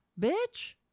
bitch